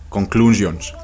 Conclusions